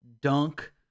Dunk